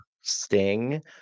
Sting